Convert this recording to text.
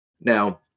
Now